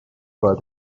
for